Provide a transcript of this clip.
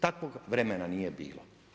Takvog vremena nije bilo.